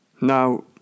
Now